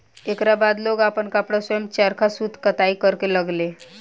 एकरा बाद लोग आपन कपड़ा स्वयं चरखा सूत कताई करे लगले